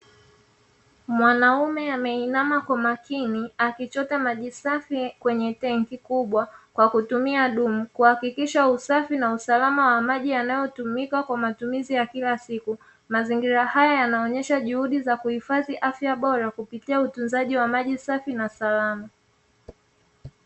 Mwanaume ameinama kwa makini, akichota maji safi kwenye tenki kubwa, kwa kutumia dumu, kuhakikisha usafi na usalama wa maji yanayo tumika kwa matumizi ya kila siku. Mazingira haya yanaonesha juhudi za kuifadhi afya bora kupitia utunzaji wa maji safi na salama.